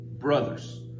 brothers